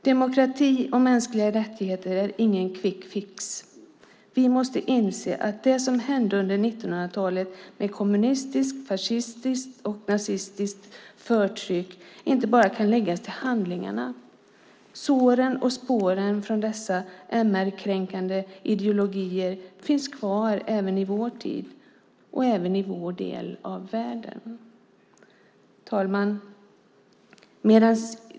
Demokrati och mänskliga rättigheter är ingen quick fix. Vi måste inse att det som hände under 1900-talet med kommunistiskt, fascistiskt och nazistiskt förtryck inte bara kan läggas till handlingarna. Såren och spåren från dessa MR-kränkande ideologier finns kvar även i vår tid och även i vår del av världen. Herr talman!